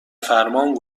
فرمان